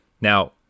Now